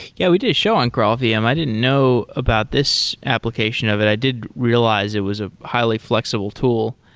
yeah, we did a show on graalvm. yeah um i didn't know about this application of it. i did realize it was a highly flexible tool.